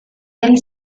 del